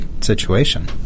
situation